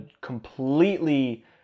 completely